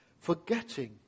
forgetting